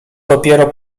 dopiero